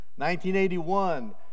1981